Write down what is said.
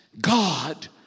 God